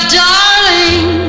darling